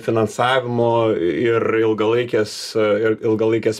finansavimo ir ilgalaikės ir ilgalaikės